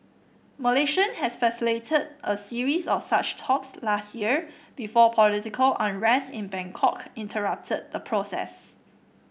Malaysia has facilitated a series of such talks last year before political unrest in Bangkok interrupted the process